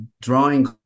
drawing